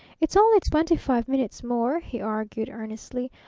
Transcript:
it's only twenty-five minutes more, he argued earnestly.